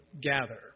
gather